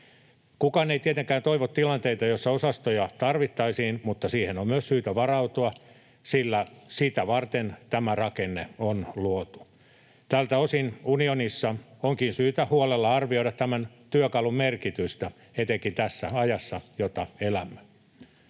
Kukaan ei tietenkään toivo tilanteita, joissa osastoja tarvittaisiin, mutta siihen on myös syytä varautua, sillä sitä varten tämä rakenne on luotu. Tältä osin unionissa onkin syytä huolella arvioida tämän työkalun merkitystä etenkin tässä ajassa, jota elämme.